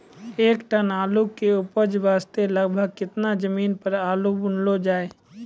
एक टन आलू के उपज वास्ते लगभग केतना जमीन पर आलू बुनलो जाय?